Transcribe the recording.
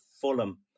Fulham